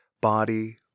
body